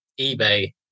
eBay